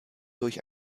durch